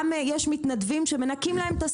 גם יש מתנדבים שמנקים להם את השדות,